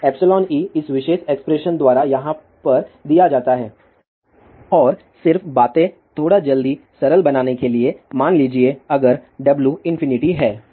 तो εe इस विशेष एक्सप्रेशन द्वारा यहाँ पर दिया जाता है और सिर्फ बातें थोड़ा जल्दी सरल बनाने के लिए मान लीजिए अगर W इंफिनिटी है